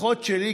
לפחות שלי,